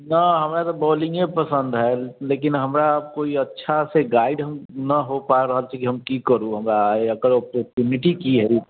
न हमरा तऽ बॉलिंगे पसन्द है लेकिन हमरा कोइ अच्छा से गाइड न हो पा रहल छै की हम की करू हमरा एकर ऑपर्चुनिटी की है